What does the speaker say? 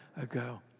ago